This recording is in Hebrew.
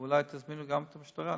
ואולי תזמינו גם את המשטרה,